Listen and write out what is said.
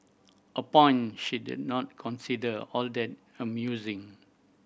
a point she did not consider all that amusing